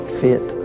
fit